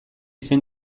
zen